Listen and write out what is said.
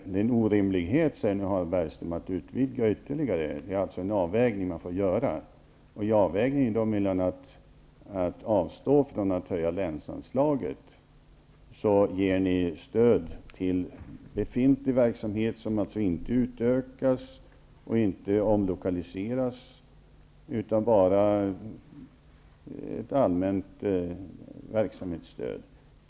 Herr talman! Harald Bergström säger att det är en orimlighet att utvidga ytterligare. Det får alltså ske en avvägning. Om ni menar att i avvägningen avstå från att höja länsanslaget, ger ni alltså stöd till befintlig verksamhet som inte utökas eller omlokaliseras utan bara är ett allmänt verksamhetsstöd.